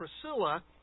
Priscilla